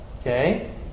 Okay